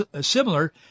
similar